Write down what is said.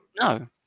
No